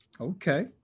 Okay